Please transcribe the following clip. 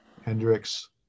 Hendrix